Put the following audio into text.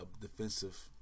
defensive